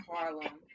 Harlem